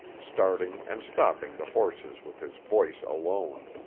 starting and stopping the horses with his voice alone.